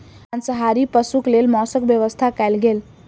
मांसाहारी पशुक लेल मौसक व्यवस्था कयल गेल